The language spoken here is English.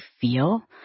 feel